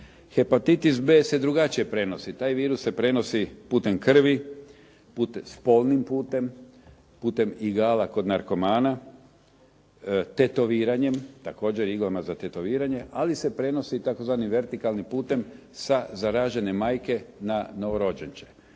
Hepatitis B se drugačije prenosi. Taj virus se prenosi putem krvi, spolnim putem, putem igala kod narkomana, tetoviranjem, također iglama za tetoviranje, ali se prenosi i tzv. vertikalnim putem sa zaražene majke na novorođenče.